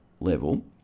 level